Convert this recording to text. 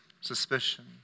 suspicion